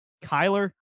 Kyler